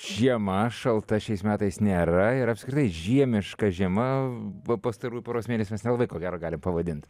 žiema šalta šiais metais nėra ir apskritai žiemiška žiema va pastarųjų poros mėnesių mes nelabai ko gero galim pavadint